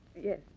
Yes